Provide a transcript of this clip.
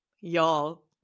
y'all